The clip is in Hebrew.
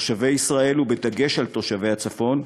תושבי ישראל, בדגש על תושבי הצפון,